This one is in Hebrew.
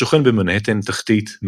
השוכן במנהטן תחתית,